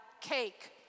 cake